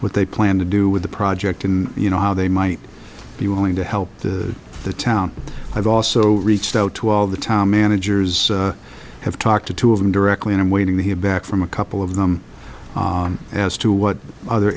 what they plan to do with the project and you know how they might be willing to help the the town i've also reached out to all the town managers have talked to two of them directly and i'm waiting to hear back from a couple of them as to what other